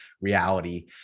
reality